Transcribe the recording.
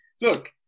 look